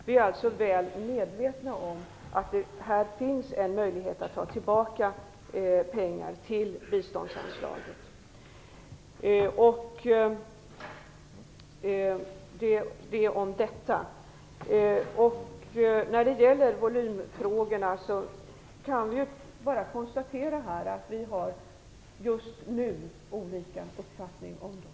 Vi är alltså väl medvetna om att det här finns en möjlighet att ta tillbaka pengar till biståndsanslaget. - Det om detta. När det gäller volymfrågorna kan vi bara konstatera att vi just nu har olika uppfattning om dem.